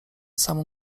samą